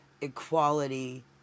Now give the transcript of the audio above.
equality